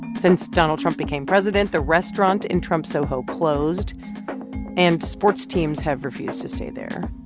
since donald trump became president, the restaurant in trump soho closed and sports teams have refused to stay there.